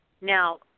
Now